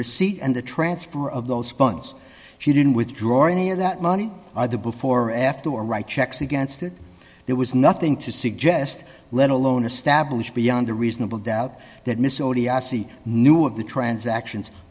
receipt and the transfer of those funds she didn't withdraw any of that money or the before or after or write checks against it there was nothing to suggest let alone establish beyond a reasonable doubt that miss already assy knew of the transactions